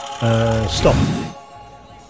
Stop